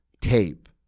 tape